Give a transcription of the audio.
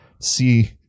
see